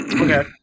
Okay